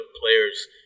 players